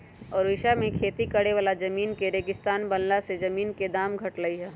ओड़िशा में खेती करे वाला जमीन के रेगिस्तान बनला से जमीन के दाम घटलई ह